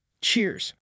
Cheers